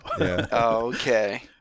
Okay